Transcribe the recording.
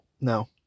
No